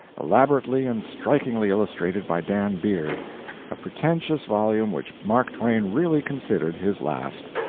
elaborately and strikingly illustrated by dan beard a pretentious volume which mark twain really considered his last.